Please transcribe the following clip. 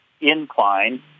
incline